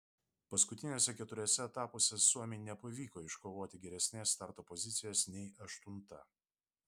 paskutiniuose keturiuose etapuose suomiui nepavyko iškovoti geresnės starto pozicijos nei aštunta